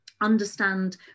understand